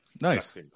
Nice